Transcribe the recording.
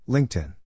LinkedIn